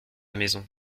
maison